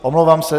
Omlouvám se.